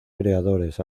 creadores